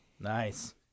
Nice